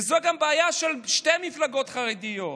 וזו גם הבעיה של שתי המפלגות החרדיות,